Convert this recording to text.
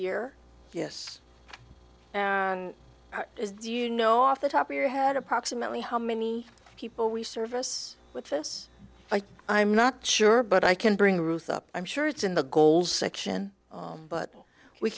year yes do you know off the top of your head approximately how many people we service with this i'm not sure but i can bring ruth up i'm sure it's in the goal section but we